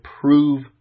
prove